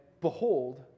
behold